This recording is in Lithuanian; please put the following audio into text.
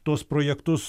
tuos projektus